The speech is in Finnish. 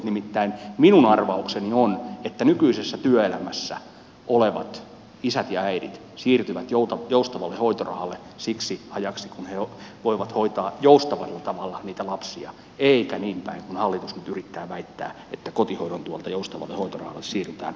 nimittäin minun arvaukseni on että nykyisessä työelämässä olevat isät ja äidit siirtyvät joustavalle hoitorahalle siksi ajaksi kun he voivat hoitaa joustavalla tavalla niitä lapsia eikä niinpäin kuin hallitus nyt yrittää väittää että kotihoidon tuelta joustavalle hoitorahalle siirrytään